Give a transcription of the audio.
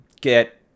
get